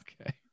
Okay